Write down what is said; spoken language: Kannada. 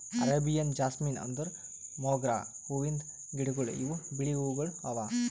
ಅರೇಬಿಯನ್ ಜಾಸ್ಮಿನ್ ಅಂದುರ್ ಮೊಗ್ರಾ ಹೂವಿಂದ್ ಗಿಡಗೊಳ್ ಇವು ಬಿಳಿ ಹೂವುಗೊಳ್ ಅವಾ